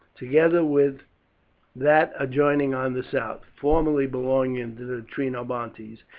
together with that adjoining on the south, formerly belonging to the trinobantes,